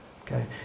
okay